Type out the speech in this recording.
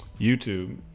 YouTube